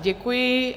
Děkuji.